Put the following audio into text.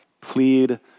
plead